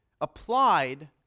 applied